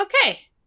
Okay